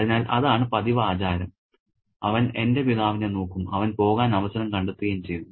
അതിനാൽ അതാണ് പതിവ് ആചാരം അവൻ എന്റെ പിതാവിനെ നോക്കും അവൻ പോകാൻ അവസരം കണ്ടെത്തുകയും ചെയ്യുന്നു